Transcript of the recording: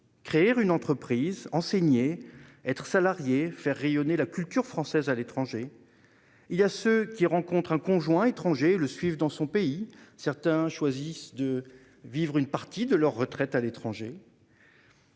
créer une entreprise, enseigner, être salariés, faire rayonner la culture française à l'étranger. Il y a ceux qui rencontrent un conjoint étranger et le suivent dans son pays. Il y a ceux qui choisissent de vivre une partie de leur retraite à l'étranger.